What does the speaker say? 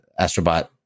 Astrobot